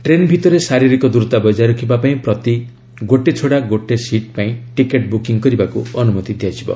train ଭିତରେ ଶାରିରୀକ ଦୂରତା ବଜାୟ ରଖିବା ପାଇଁ ପ୍ରତି ଗୋଟେଛଡା ସିଟ୍ ପାଇଁ ଟିକଟ ବୁକିଂ କରିବାକୁ ଅନୁମତି ଦିଆଯିବ